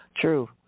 true